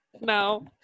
no